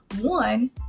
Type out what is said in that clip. One